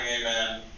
Amen